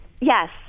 Yes